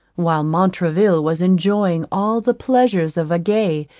while montraville was enjoying all the pleasures of a gay,